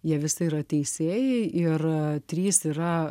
jie visi yra teisėjai ir trys yra